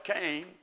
came